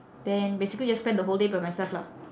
then basically just spend the whole day by myself lah